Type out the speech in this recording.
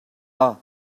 her